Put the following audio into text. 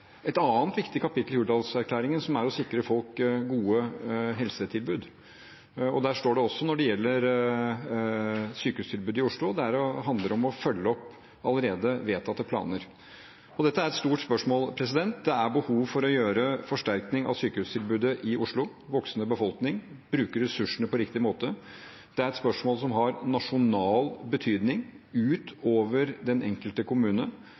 et annet viktig kapittel i Hurdalsplattformen, som handler om å sikre folk gode helsetilbud. Der står det også, når det gjelder sykehustilbudet i Oslo, at det handler om å følge opp allerede vedtatte planer. Dette er et stort spørsmål. Det er behov for å forsterke sykehustilbudet i Oslo. Det er en voksende befolkning, og vi må bruke ressursene på riktig måte. Det er et spørsmål som har nasjonal betydning, utover den enkelte kommune,